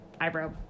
eyebrow